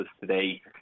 today